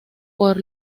por